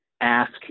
ask